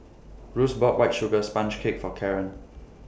Russ bought White Sugar Sponge Cake For Karren